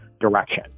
direction